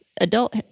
adult